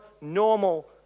normal